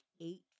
eight